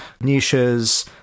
niches